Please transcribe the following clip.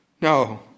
No